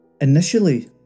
Initially